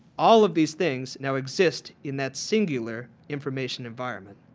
all of these things now exist in that singular information environment.